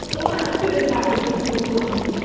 a lot of shit has happened since you were fourteen.